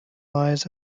lies